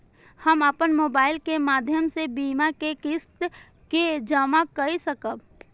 हम अपन मोबाइल के माध्यम से बीमा के किस्त के जमा कै सकब?